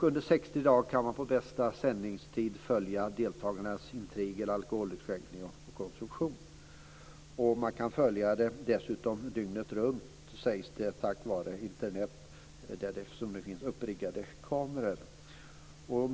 Under 60 dagar kan man på bästa sändningstid följa deltagarnas intriger, alkoholutskänkning och konsumtion. Man kan dessutom följa programmet dygnet runt, sägs det, tack vare Internet. Det finns nämligen uppriggade kameror.